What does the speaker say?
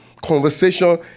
Conversation